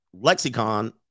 lexicon